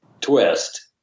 twist